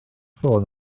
ffôn